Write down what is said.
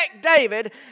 David